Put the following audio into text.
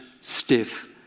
stiff